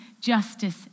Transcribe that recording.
justice